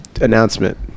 announcement